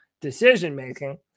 decision-making